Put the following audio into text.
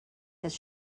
his